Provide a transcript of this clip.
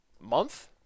Month